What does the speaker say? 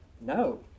No